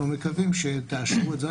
אנחנו מקווים שתאשרו את זה,